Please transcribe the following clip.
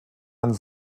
einen